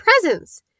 presents